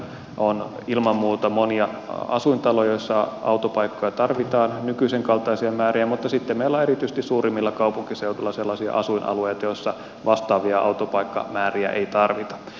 on ilman muuta monia asuintaloja joissa autopaikkoja tarvitaan nykyisen kaltaisia määriä mutta sitten meillä on erityisesti suurimmilla kaupunkiseuduilla sellaisia asuinalueita joilla vastaavia autopaikkamääriä ei tarvita